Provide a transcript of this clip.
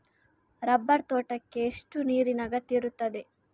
Rubber ತೋಟಕ್ಕೆ ಎಷ್ಟು ನೀರಿನ ಅಗತ್ಯ ಇರುತ್ತದೆ?